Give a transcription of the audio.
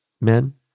men